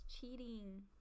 cheating